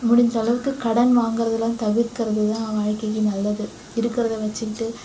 முடிஞ்சளவுக்கு கடன் வாங்குறதலாம் தவிர்க்கிறதுதான் வாழ்க்கைக்கு நல்லது இருக்கிறத வச்சுக்கிட்டு